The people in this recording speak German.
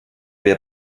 wir